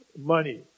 money